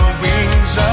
wings